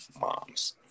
moms